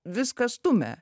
viską stumia